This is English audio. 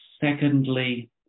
Secondly